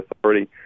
Authority